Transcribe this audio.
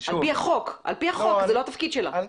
על פי החוק, זה לא התפקיד שלה.